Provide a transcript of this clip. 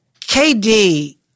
KD